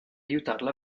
aiutarla